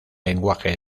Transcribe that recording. lenguaje